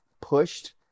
pushed